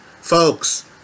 Folks